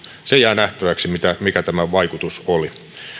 se jää nähtäväksi mikä tämän vaikutus oli